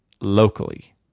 locally